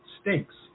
stinks